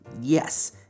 Yes